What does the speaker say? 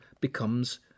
becomes